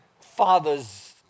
father's